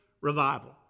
revival